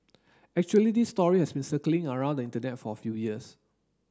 actually this story has been circling around the Internet for a few years